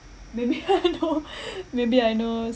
maybe I know maybe I know